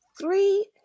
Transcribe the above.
three